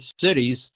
cities